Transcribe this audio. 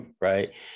right